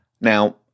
Now